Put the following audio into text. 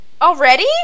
already